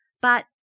but